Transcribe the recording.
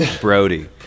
Brody